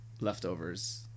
leftovers